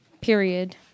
Period